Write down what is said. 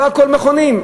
לא הכול מכונים,